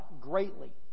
greatly